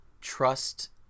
trust